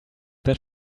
that